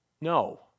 No